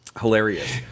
Hilarious